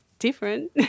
different